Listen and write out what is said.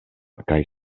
kaj